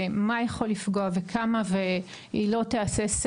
מה יכול לפגוע וכמה והיא לא תהסס,